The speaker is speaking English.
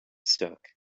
stuck